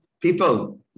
people